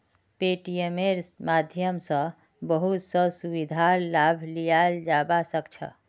पेटीएमेर माध्यम स बहुत स सुविधार लाभ लियाल जाबा सख छ